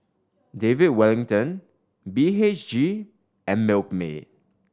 David Wellington B H G and Milkmaid